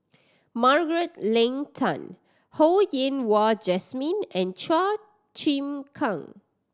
Margaret Leng Tan Ho Yen Wah Jesmine and Chua Chim Kang